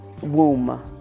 womb